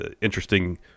Interesting